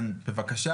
הבנתי.